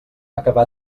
acabar